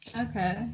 Okay